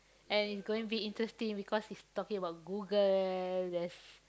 and it's going be interesting because he's talking about Google there's